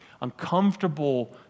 uncomfortable